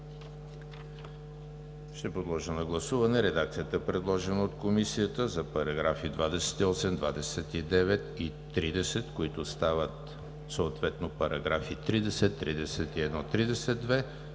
Подлагам на гласуване редакцията, предложена от Комисията за параграфи 28, 29 и 30, които стават съответно параграфи 30, 31 и 32,